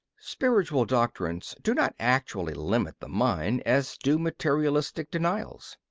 spiritual doctrines do not actually limit the mind as do materialistic denials.